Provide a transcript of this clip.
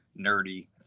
nerdy